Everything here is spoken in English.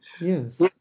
Yes